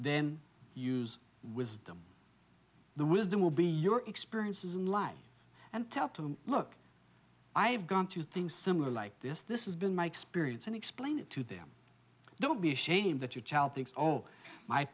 then use wisdom the wisdom will be your experiences in life and tell them look i have gone through things similar like this this is been my experience and explain it to them don't be ashamed that your child thinks